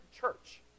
church